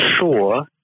sure